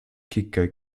kicker